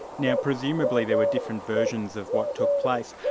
now presumably there were different versions of what took place.